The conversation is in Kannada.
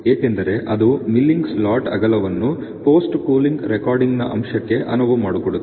ಏಕೆಂದರೆ ಇದು ಮಿಲ್ಲಿಂಗ್ ಸ್ಲಾಟ್ ಅಗಲವನ್ನು ಪೋಸ್ಟ್ ಕೂಲಿಂಗ್ ರೆಕಾರ್ಡಿಂಗ್ನ ಅಂಶಕ್ಕೆ ಅನುವು ಮಾಡಿಕೊಡುತ್ತದೆ